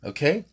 Okay